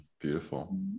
Beautiful